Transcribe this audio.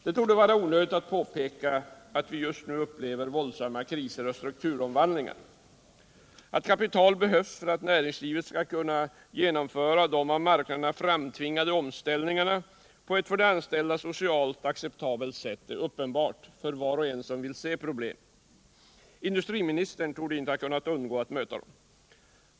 Det torde vara onödigt att påpeka att vi just nu upplever våldsamma kriser och strukturomvandlingar. Att kapital behövs för att näringslivet skall kunna genomföra de av marknaden framtvingade omställningarna på ett för de anställda socialt acceptabelt sätt är uppenbart för envar som vill se problemen. Industriministern torde inte ha kunnat undgå att märka detta.